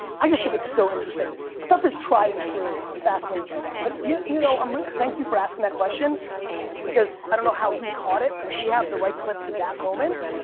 i just think it's so interesting. stuff that's tried and true, i'm fascinated by that. but you you know, i'm really, thank you for asking that question because i don't know how he caught it, but if we have the right clip to that moment,